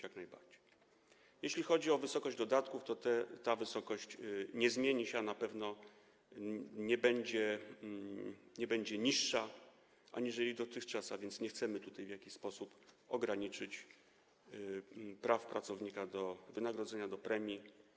Jeśli chodzi o wysokość dodatków, to ta wysokość nie zmieni się, a na pewno nie będzie niższa aniżeli dotychczas, a więc nie chcemy tutaj w jakiś sposób ograniczać praw pracownika do wynagrodzenia, do premii.